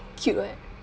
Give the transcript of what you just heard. cute [what]